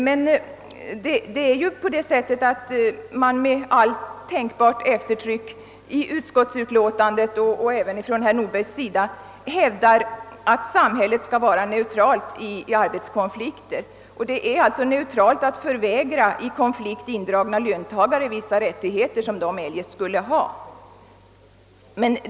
Utskottet och även herr Nordberg hävdar med allt tänktbart eftertryck att samhället skall vara neutralt i arbetskonflikter. Det är alltså neutralt att förvägra i konflikt indragna löntagare vissa rättigheter som de eljest skulle ha.